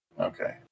Okay